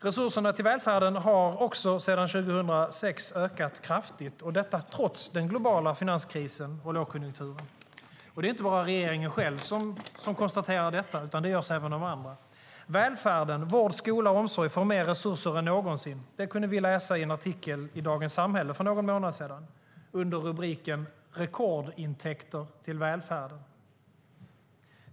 Resurserna till välfärden har sedan 2006 ökat kraftigt, detta trots den globala finanskrisen och lågkonjunkturen. Det är inte bara regeringen själv som konstaterar det utan det konstateras även av andra. Välfärden - vård, skola och omsorg - får mer resurser än någonsin. Det kunde vi för någon månad sedan läsa i en artikel i Dagens Samhälle under rubriken Rekordintäkter till välfärden.